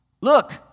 Look